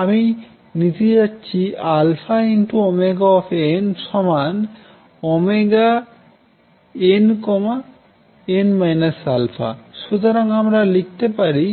আমি নিতে যাচ্ছি αωnnn α সুতরাং এখন আমরা লিখতে পারি